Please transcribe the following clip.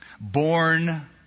born